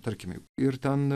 tarkim ir ten